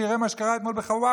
שיראה מה שקרה אתמול בחווארה.